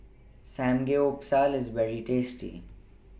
Samgyeopsal IS very tasty